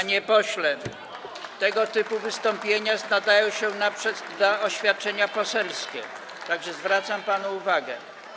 Panie pośle, tego typu wystąpienia nadają się na oświadczenia poselskie, tak że zwracam panu uwagę.